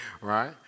right